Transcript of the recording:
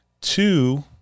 two